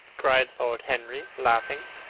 cried lord henry, laughing.